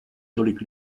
tolik